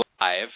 Live